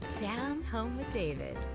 down home with david,